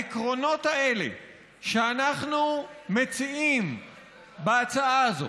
העקרונות האלה שאנחנו מציעים בהצעה הזאת,